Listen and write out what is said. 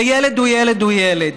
וילד הוא ילד הוא ילד.